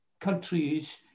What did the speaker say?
countries